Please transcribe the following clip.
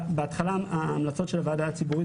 בהתחלה ההמלצות של הוועדה הציבורית